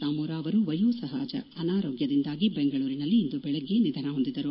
ಆಮೂರ ಅವರು ವಯೋಸಹಜ ಅನಾರೋಗ್ಡದಿಂದಾಗಿ ಬೆಂಗಳೂರಿನಲ್ಲಿ ಇಂದು ಬೆಳಗ್ಗೆ ನಿಧನ ಹೊಂದಿದರು